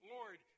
Lord